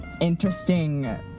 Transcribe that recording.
interesting